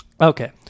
okay